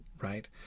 right